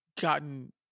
gotten